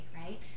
right